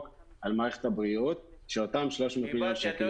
על מערכת הבריאות שאותם 300 מיליון השקלים ידעו לכסות.